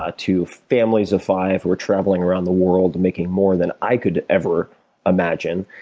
ah to families of five who are traveling around the world and making more than i could ever imagine.